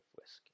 whiskey